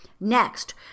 Next